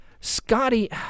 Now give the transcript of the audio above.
Scotty